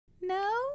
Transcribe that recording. no